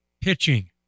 pitching